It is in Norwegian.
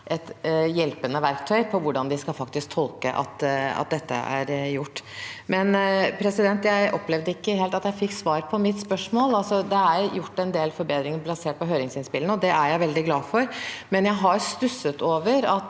et hjelpende verktøy for hvordan de faktisk skal tolke at dette er gjort. Jeg opplevde likevel ikke at jeg helt fikk svar på mitt spørsmål. Det er gjort en del forbedringer basert på høringsinnspillene, og det er jeg veldig glad for, men jeg har stusset over at